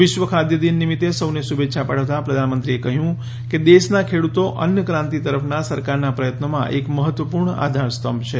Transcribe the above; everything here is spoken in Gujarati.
વિશ્વ ખાદ્ય દિન નિમિત્ત સૌને શુભેચ્છા પાઠવતાં પ્રધાનમંત્રીએ કહ્યું કે દેશના ખેડુતો અન્નક્રાંતિ તરફના સરકારના પ્રયત્નોમાં એક મહત્વપૂર્ણ આધારસ્તંભ છે